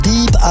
Deep